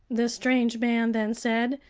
this strange man then said,